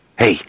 Hey